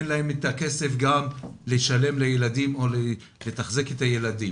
אין להם את הכסף לשלם לילדים או לתחזק את הילדים.